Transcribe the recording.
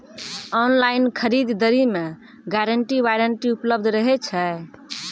Online खरीद दरी मे गारंटी वारंटी उपलब्ध रहे छै?